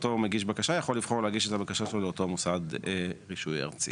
אותו מגיש בקשה יכול לבחור להגיש את הבקשה שלו לאותו מוסד רישוי ארצי.